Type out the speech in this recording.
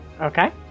Okay